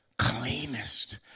cleanest